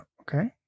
Okay